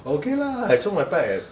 but okay lah it's not that bad